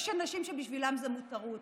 יש אנשים שבשבילם זה מותרות.